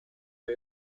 fue